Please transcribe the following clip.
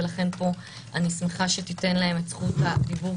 ולכן אני שמחה שתיתן להם פה את זכות הדיבור,